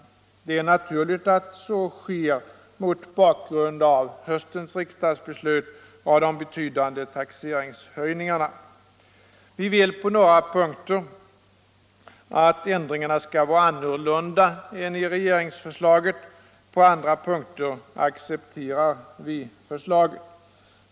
Det är naturligt att så skett mot bakgrund av höstens riksdagsbeslut och de betydande taxeringshöjningarna. Vi vill på några punkter att ändringarna skall vara annorlunda än i regeringsförslaget. På andra punkter accepterar vi förslaget.